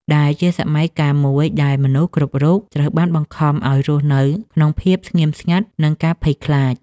ដែលជាសម័យកាលមួយដែលមនុស្សគ្រប់រូបត្រូវបានបង្ខំឲ្យរស់ក្នុងភាពស្ងៀមស្ងាត់ និងការភ័យខ្លាច។